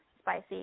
spicy